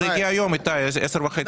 זה הגיע היום בעשר וחצי.